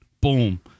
boom